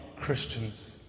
Christians